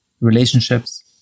relationships